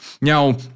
Now